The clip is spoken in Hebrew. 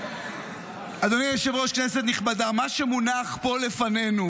אדוני היושב-ראש, כנסת נכבדה, מה שמונח פה לפנינו